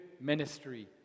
ministry